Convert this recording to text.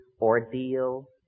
ordeal